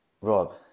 Rob